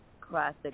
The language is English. classic